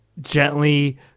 gently